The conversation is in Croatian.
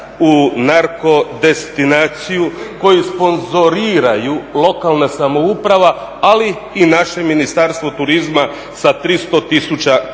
u narkodestinaciju koju sponzoriraju lokalna samouprava, ali i naše Ministarstvo turizma sa 300 000 kuna.